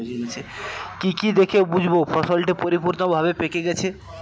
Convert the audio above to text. কি কি দেখে বুঝব ফসলটি পরিপূর্ণভাবে পেকে গেছে?